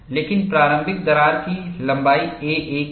लेकिन प्रारंभिक दरार की लंबाई a1 है